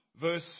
verse